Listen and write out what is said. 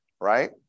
right